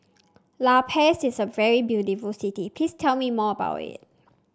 La Paz is a very beautiful city Please tell me more about it